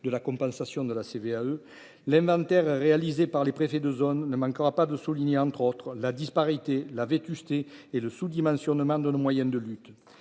de la compensation de la CVAE l'inventaire réalisé par les préfets de zone ne manquera pas de souligner, entre autres, la disparité la vétusté et le sous-dimensionnement de nos moyens de lutte,